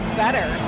better